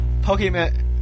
Pokemon